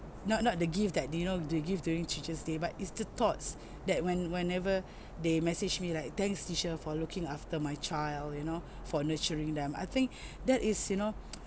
not not the gift that you know they give during teacher's day but it's the thoughts that when whenever they message me like thanks teacher for looking after my child you know for nurturing them I think that is you know